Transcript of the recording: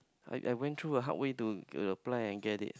I I went through a hard way to apply and get it